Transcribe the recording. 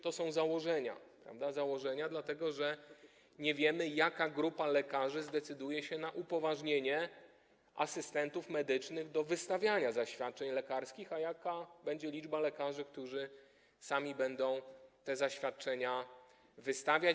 To są jedynie założenia, dlatego że nie wiemy, jaka grupa lekarzy zdecyduje się na upoważnienie asystentów medycznych do wystawiania zaświadczeń lekarskich, a jaka będzie liczba lekarzy, którzy sami zechcą te zaświadczenia wystawiać.